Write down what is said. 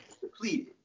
depleted